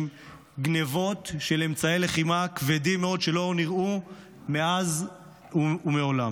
גנבות של אמצעי לחימה כבדים מאוד שלא נראו מאז ומעולם,